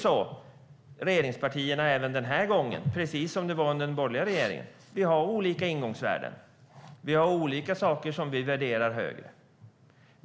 Även den här gången, precis som det var under den borgerliga regeringen, har regeringspartierna olika ingångsvärden. Vi har olika saker som vi värderar olika högt.